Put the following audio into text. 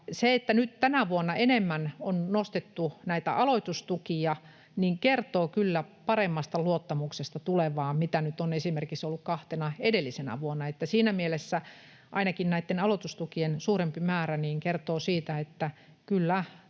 Se, että nyt tänä vuonna enemmän on nostettu näitä aloitustukia, kertoo kyllä paremmasta luottamuksesta tulevaan kuin mitä nyt on esimerkiksi ollut kahtena edellisenä vuonna. Että siinä mielessä ainakin näitten aloitustukien suurempi määrä kertoo siitä, että kyllä